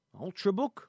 Ultrabook